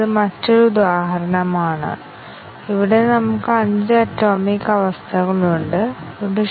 അതിനാൽ എല്ലാ ശാഖകളും മൂടിയിട്ടുണ്ടെങ്കിൽ എല്ലാ പ്രസ്താവനകളും കവർ ചെയ്തിരിക്കണം